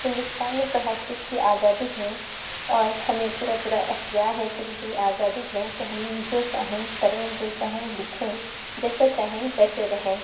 ہندوستان میں تو ہر چیز کی آزادی ہے اور ہمیں پورا پورا اختیار ہے پوری پوری آزادی ہے کہ ہم جو چاہیں کریں جو چاہیں لکھیں جیسا چاہیں ویسے رہیں